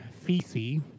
feces